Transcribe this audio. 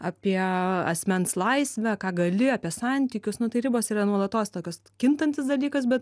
apie asmens laisvę ką gali apie santykius nu tai ribos yra nuolatos tokios kintantis dalykas bet